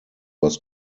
was